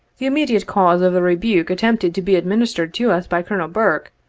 the immediate cause of the rebuke attempted to be administered to us by colonel burke,